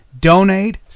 donate